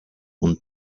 und